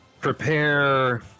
Prepare